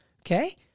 okay